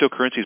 cryptocurrencies